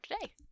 today